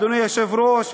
אדוני היושב-ראש,